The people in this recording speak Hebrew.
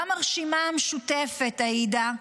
גם הרשימה המשותפת, עאידה,